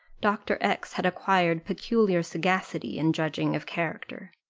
dr. x had acquired peculiar sagacity in judging of character.